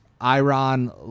Iron